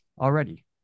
already